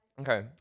Okay